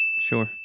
Sure